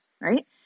right